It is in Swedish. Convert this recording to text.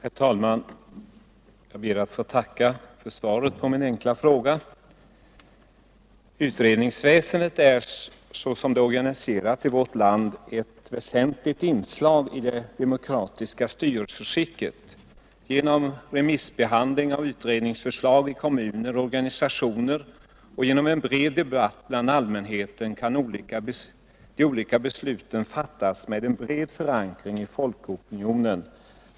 Herr talman! Jag ber att få tacka för svaret på min enkla fråga. Utredningsväsendet är, så som det är organiserat i vårt land, ett väsentligt inslag i det demokratiska styrelseskicket. Genom remissbehandling av utredningsförslag i kommuner och organisationer och genom en bred debatt bland allmänheten kan de olika besluten fattas med en bred förankring i folkopinionen.